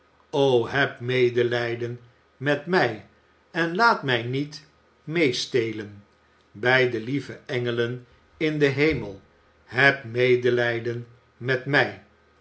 heb medelijden met mij en laat mij niet meestelen bij de lieve engelen in den hemel heb medelijden met mij